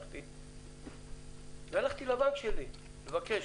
הלכתי לבנק שלי לבקש,